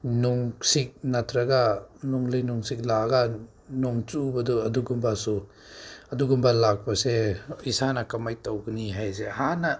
ꯅꯨꯡꯁꯤꯠ ꯅꯠꯇ꯭ꯔꯒ ꯅꯣꯡꯂꯩ ꯅꯨꯡꯁꯤꯠ ꯂꯥꯛꯑꯒ ꯅꯣꯡꯆꯨꯕꯗꯣ ꯑꯗꯨꯒꯨꯝꯕꯁꯨ ꯑꯗꯨꯒꯨꯝꯕ ꯂꯥꯛꯄꯁꯦ ꯏꯁꯥꯅ ꯀꯃꯥꯏ ꯇꯧꯕꯅꯤ ꯍꯥꯏꯁꯦ ꯍꯥꯟꯅ